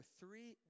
three